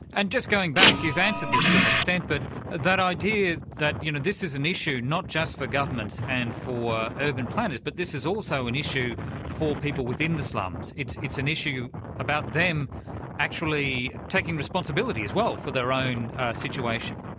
and just going back you've answered this to an extent, but that idea that you know this is an issue not just for governments and for urban planners, but this is also an issue for people within the slums. it's it's an issue about them taking responsibility, as well, for their own situation.